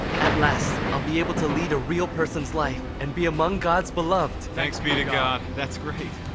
at last, i'll be able to lead a real person's life and be among god's beloved. thanks be to god! that's great!